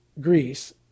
Greece